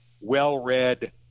well-read